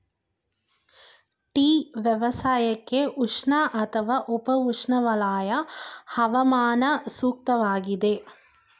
tea ವ್ಯವಸಾಯಕ್ಕೆ ಉಷ್ಣ ಅಥವಾ ಉಪ ಉಷ್ಣವಲಯ ಹವಾಮಾನ ಸೂಕ್ತವಾಗಿದೆ